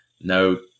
no